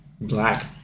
black